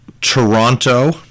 Toronto